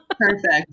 Perfect